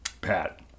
Pat